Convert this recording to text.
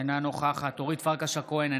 אינה נוכחת אורית פרקש הכהן,